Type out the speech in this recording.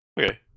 Okay